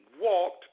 walked